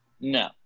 No